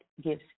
gives